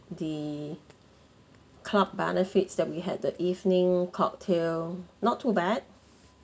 the club benefits that we had the evening cocktail not too bad